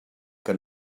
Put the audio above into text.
que